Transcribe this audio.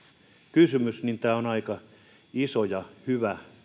kysymys niin tämä on aika iso ja hyvä